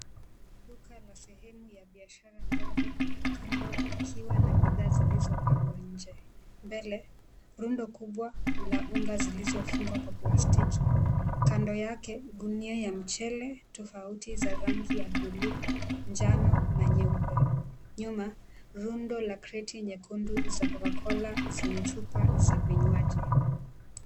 Duka la sehemu ya biashara ndogo kando ikiwa na bidhaa zilizopangwa nje. Mbele, rundo kubwa la unga zilizofungwa kwa plastiki. Kando yake gunia ya mchele tofauti za rangi ya bluu, njano na nyeupe. Nyuma, rundo la kreti nyekundu za Coca-Cola zenye chupa za vinywanji.